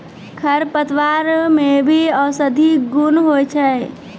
खरपतवार मे भी औषद्धि गुण होय छै